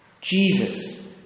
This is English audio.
Jesus